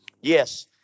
Yes